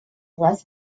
less